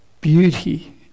beauty